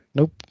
Nope